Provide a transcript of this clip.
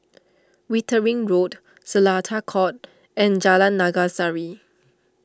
Wittering Road Seletar Court and Jalan Naga Sari